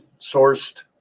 sourced